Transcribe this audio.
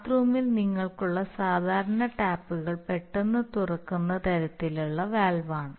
ബാത്ത്റൂമിൽ നിങ്ങൾക്കുള്ള സാധാരണ ടാപ്പുകൾ പെട്ടെന്ന് തുറക്കുന്ന തരത്തിലുള്ള വാൽവാണ്